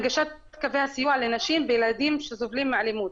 הנגשת קווי הסיוע לנשים וילדים שסובלים מאלימות.